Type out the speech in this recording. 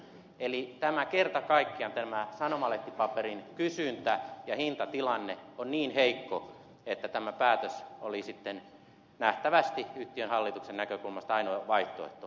eli tämä kerta kaikkiaan tämä sanomalehtipaperin kysyntä ja hintatilanne on niin heikko että tämä päätös oli sitten nähtävästi yhtiön hallituksen näkökulmasta ainoa vaihtoehto